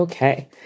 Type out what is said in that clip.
Okay